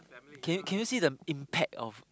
can you can you see the impact of